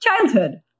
childhood